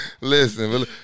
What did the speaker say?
Listen